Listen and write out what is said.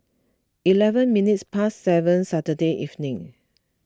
eleven minutes past seven Saturday evening